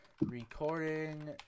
Recording